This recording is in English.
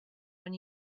when